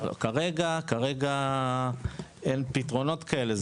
כרגע אין פתרונות כאלה,